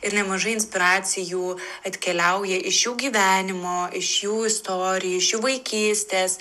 ir nemažai inspiracijų atkeliauja iš jų gyvenimo iš jų istorijų iš jų vaikystės